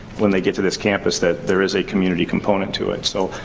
when they get to this campus, that there is a community component to it. so,